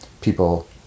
people